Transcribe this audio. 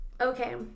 Okay